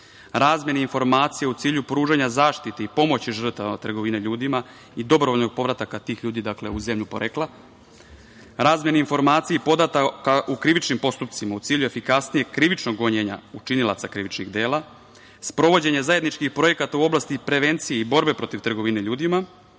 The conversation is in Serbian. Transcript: razmenu informacija u cilju pružanja zaštite i pomoći žrtvama trgovine ljudima i dobrovoljni povratak tih ljudi u zemlju porekla, razmene informacija i podataka o krivičnim postupcima u cilju efikasnijeg krivičnog gonjenja učinilaca krivičnih dela, sprovođenje zajedničkih projekata u oblasti prevencije i borbe protiv trgovine ljudima,